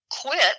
quit